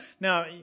now